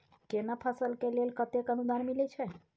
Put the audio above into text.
केना फसल के लेल केतेक अनुदान मिलै छै?